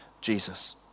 Jesus